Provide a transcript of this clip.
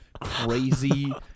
crazy